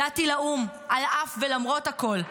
הגעתי לאו"ם על אף ולמרות הכול,